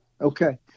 Okay